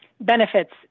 benefits